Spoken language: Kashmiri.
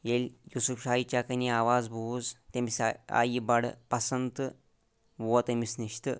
ییٚلہِ یوسف شاہی چَکن یہِ آواز بوٗز تٔمس آیہِ یہِ بڑٕ پَسند تہٕ ووت أمِس نِش تہٕ